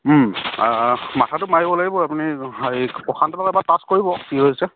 মাথাটো মাৰিব লাগিব আপুনি হেৰি প্ৰশান্ত লগত এবাৰ টাছ কৰিব কি হৈছে